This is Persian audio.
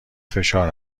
فشار